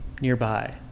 nearby